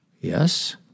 Yes